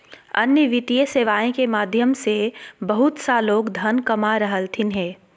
अन्य वित्तीय सेवाएं के माध्यम से बहुत सा लोग धन कमा रहलथिन हें